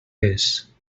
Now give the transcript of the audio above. res